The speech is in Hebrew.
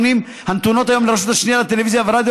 הנתונות היום לרשות השנייה לטלוויזיה ורדיו